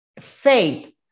faith